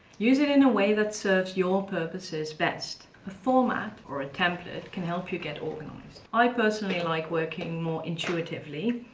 use it in a way that serves your purposes best. a format or a template can help you get organised. i personally like working more intuitively,